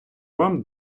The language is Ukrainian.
вам